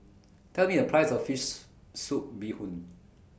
Tell Me The Price of Fish Soup Bee Hoon